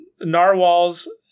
Narwhals